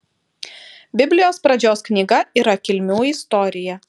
biblijos pradžios knyga yra kilmių istorija